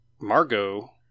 Margot